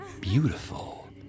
beautiful